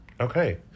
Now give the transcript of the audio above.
Okay